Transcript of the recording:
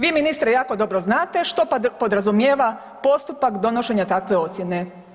Vi ministre jako dobro znate što podrazumijeva postupak donošenja takve ocjene.